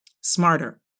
smarter